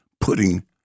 putting